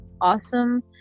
awesome